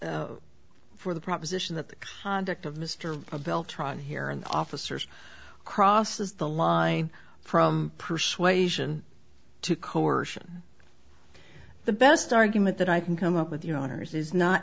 for the proposition that the conduct of mr beltran here and officers crosses the line from persuasion to coercion the best argument that i can come up with your honor's is not